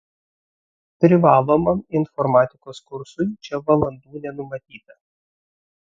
privalomam informatikos kursui čia valandų nenumatyta